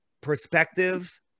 perspective